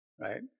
right